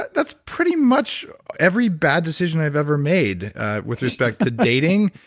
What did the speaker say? but that's pretty much every bad decision i've ever made with respect to dating,